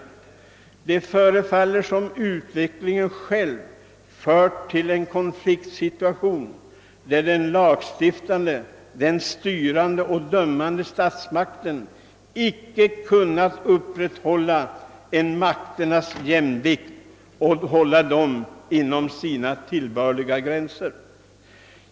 Det förefaller som om utvecklingen själv fört till en konfliktsituation där den lagstiftande, den styrande och den dömande statsmakten inte kunnat upprätthålla jämvikt mellan makterna och hålla dem inom tillbörliga gränser.